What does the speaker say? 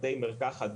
בתי מרקחת,